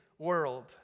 world